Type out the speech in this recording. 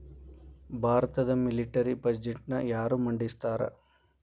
ಭಾರತದ ಮಿಲಿಟರಿ ಬಜೆಟ್ನ ಯಾರ ಮಂಡಿಸ್ತಾರಾ